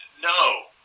no